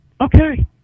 Okay